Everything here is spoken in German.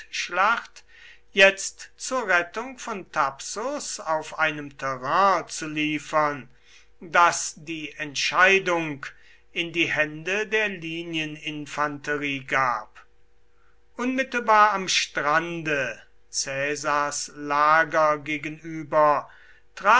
feldschlacht jetzt zur rettung von thapsus auf einem terrain zu liefern das die entscheidung in die hände der linieninfanterie gab unmittelbar am strande caesars lager gegenüber